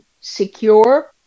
secure